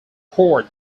port